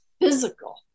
physical